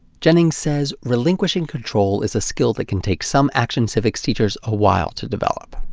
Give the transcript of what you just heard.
jennings says relinquishing control is a skill that can take some action civics teachers a while to develop.